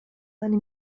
seine